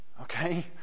Okay